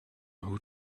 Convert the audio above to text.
who